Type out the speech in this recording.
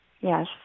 yes